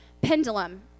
pendulum